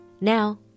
Now